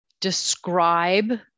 describe